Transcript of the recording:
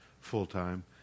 full-time